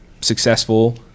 Successful